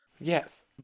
Yes